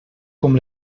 com